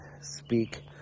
speak